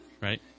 right